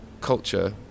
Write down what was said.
culture